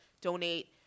donate